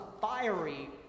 fiery